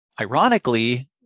Ironically